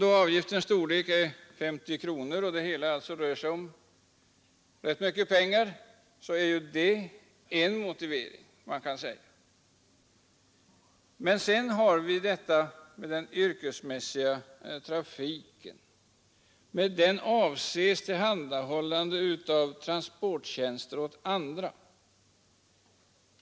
Då avgiftens storlek är 50 kronor rör det sig om rätt mycket pengar, och det kan sägas vara en motivering för utskottets ställningstagande. Men sedan har vi detta med den yrkesmässiga trafiken. Med sådan avses tillhandahållande av transporttjänster åt andra.